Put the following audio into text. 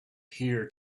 here